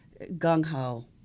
gung-ho